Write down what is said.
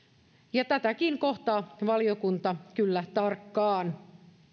tätäkin kohtaa valiokunta kyllä tarkkaan